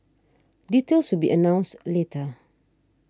details will be announced later